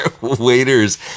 waiters